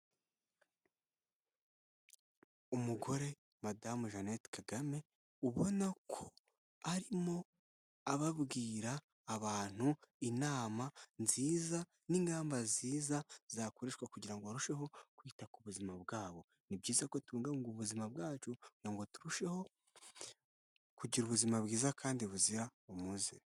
Umugore, madamu Jeannette ubona ko arimo ababwira abantu inama nziza n'ingamba nziza zakoreshwa kugira ngo barusheho kwita ku buzima bwabo, ni byiza ko tubungabunga ubuzima bwacu kugira ngo turusheho kugira ubuzima bwiza kandi buzira umuze.